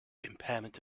impairment